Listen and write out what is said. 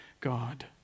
God